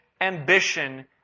ambition